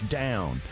down